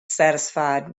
satisfied